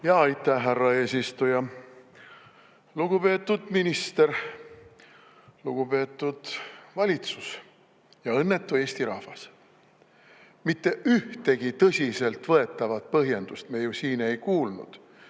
Aitäh, härra eesistuja! Lugupeetud minister! Lugupeetud valitsus! Ja õnnetu Eesti rahvas! Mitte ühtegi tõsiselt võetavat põhjendust me ju siin ei kuulnud.